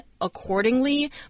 accordingly